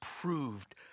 proved